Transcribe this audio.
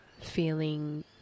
feeling